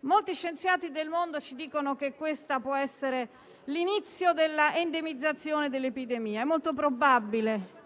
Molti scienziati del mondo ci dicono che questo può essere l'inizio dell'endemizzazione dell'epidemia; è molto probabile.